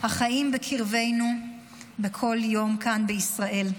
החיים בקרבנו וכל יום כאן בישראל: